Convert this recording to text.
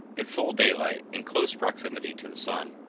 in full daylight in close proximity to the sun.